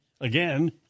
again